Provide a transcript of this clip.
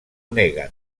neguen